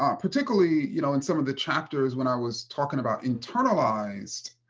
um particularly you know in some of the chapters when i was talking about internalized